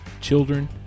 children